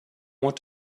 want